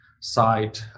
side